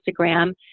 Instagram